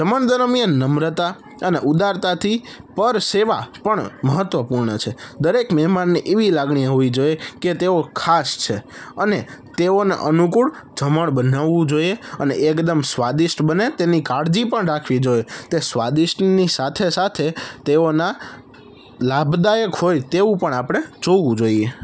જમણ દરમિયાન નમ્રતા અને ઉદારતાથી પર સેવા પણ મહત્વપૂર્ણ છે દરેક મહેમાનને એવી લાગણી હોવી જોઈએ કે તેઓ ખાસ છે અને તેઓના અનુકૂળ જમણ બનાવવું જોઈએ અને એકદમ સ્વાદિષ્ટ બને તેની કાળજી પણ રાખવી જોઈએ તે સ્વાદિષ્ટની સાથે સાથે તેઓના લાભદાયક હોય તેવું પણ આપણે જોવું જોઈએ